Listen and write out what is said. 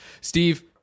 Steve